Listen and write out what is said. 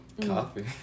Coffee